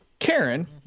karen